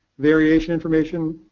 variation information,